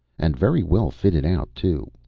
and very well fitted out, too.